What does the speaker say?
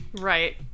Right